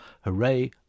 Hooray